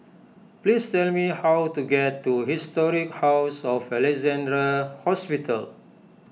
please tell me how to get to Historic House of Alexandra Hospital